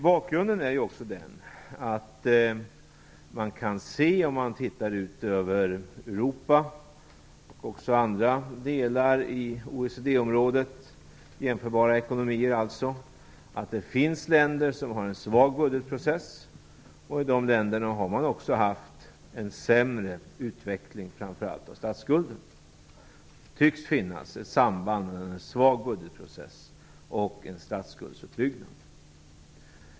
Bakgrunden är också att man, om man tittar ut över Europa och andra delar av OECD-området med jämförbara ekonomier, kan se att det finns länder som har en svag budgetprocess. I de länderna har man också haft en sämre utveckling, framför allt av statsskulden. Det tycks finnas ett samband mellan en svag budgetprocess och en statsskuldsuppbyggnad.